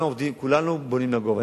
כולנו בונים לגובה.